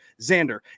Xander